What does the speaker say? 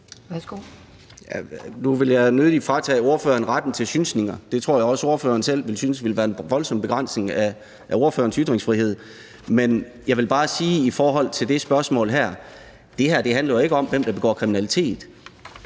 Nu vil jeg nødig fratage spørgeren retten til synsninger – det tror jeg også spørgeren selv ville synes ville være en voldsom begrænsning af spørgerens ytringsfrihed. Men jeg vil bare sige i forhold til spørgsmålet, at det her jo ikke handler om, hvem der begår kriminalitet.